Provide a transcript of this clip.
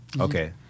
okay